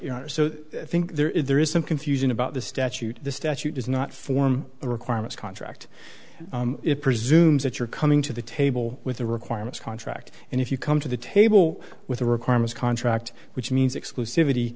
ok so i think there is there is some confusion about the statute the statute does not form the requirements contract it presumes that you're coming to the table with the requirements contract and if you come to the table with a requirement a contract which means exclusiv